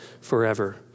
forever